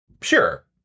Sure